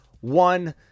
one